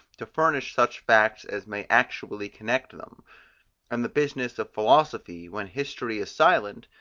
to furnish such facts as may actually connect them and the business of philosophy, when history is silent,